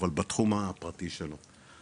אבל בתחום הפרטי שלו,